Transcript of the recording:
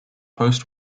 post